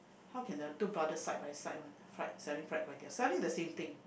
how can the two brother side by side one fried selling fried kway teow selling the same thing